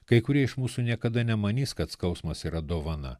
kai kurie iš mūsų niekada nemanys kad skausmas yra dovana